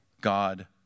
God